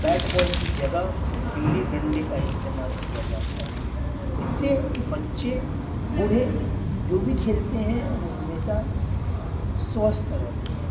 bat ball کی جگہ گلی ڈنڈے کا استعمال کیا جاتا ہے اس سے بچے بوڑھے جو بھی کھیلتے ہیں وہ ہمیشہ سوستھ رہتے ہیں